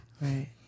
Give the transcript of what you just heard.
Right